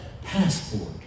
passport